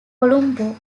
columbo